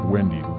Wendy